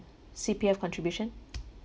C_P_F contribution